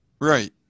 Right